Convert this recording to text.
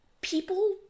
people